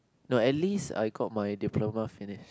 no at least I got my Diploma finished